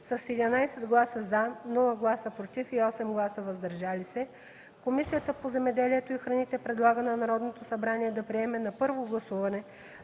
С 11 гласа „за”, без „против” и 8 гласа „въздържали се” Комисията по земеделието и храните предлага на Народното събрание да приеме на първо гласуване